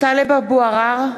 טלב אבו עראר,